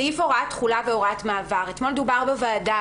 סעיף הוראת תחולה והוראת מעבר אתמול דובר בוועדה